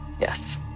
Yes